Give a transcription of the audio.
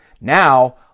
Now